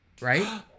Right